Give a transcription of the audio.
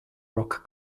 rock